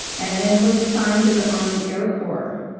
and then was assigned to the army air corps.